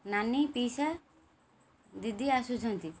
ନାନୀ ପିଇସା ଦିଦି ଆସୁଛନ୍ତି